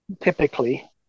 typically